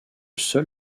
seul